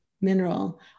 mineral